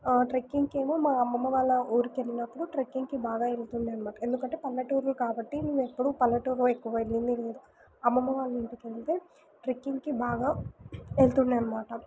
ట్రెకింగ్కి ఏమో మా అమ్మమ్మ వాళ్ళ ఊరికి వెళ్ళినప్పుడు ట్రెక్కింగ్కి బాగా వెళుతుండే అన్నమాట ఎందుకంటే పల్లెటూరు కాబట్టి మేము ఎప్పుడూ పల్లెటూరు ఎక్కువ వెళ్ళింది లేదు అమ్మమ్మ వాళ్ళ ఇంటికి వెళితే ట్రెక్కింగ్కి బాగా వెళుతుండే అన్నమాట